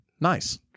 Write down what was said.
Nice